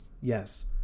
Yes